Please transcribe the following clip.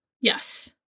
Yes